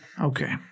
Okay